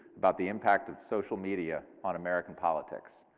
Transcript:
about the impact of social media on american politics.